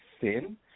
thin